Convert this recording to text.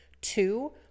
Two